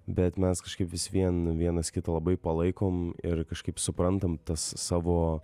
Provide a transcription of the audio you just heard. bet mes kažkaip vis vien vienas kitą labai palaikom ir kažkaip suprantam tas savo